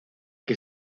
que